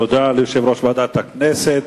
תודה ליושב-ראש ועדת הכנסת.